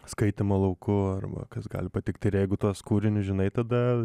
skaitymo lauku arba kas gali patikti ir jeigu tuos kūrinius žinai tada